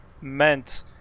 meant